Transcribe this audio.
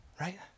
right